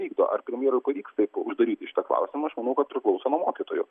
vykdo ar premjerui pavyks taip uždaryti šitą klausimą aš manau kad priklauso nuo mokytojų